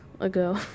ago